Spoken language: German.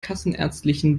kassenärztlichen